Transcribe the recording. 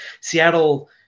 Seattle